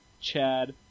Chad